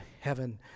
heaven